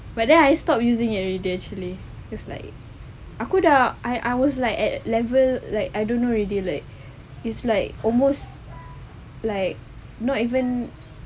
but then I stop using it everyday actually cause it's like aku dah I I was like lesser like I don't know already like it's like almost like not even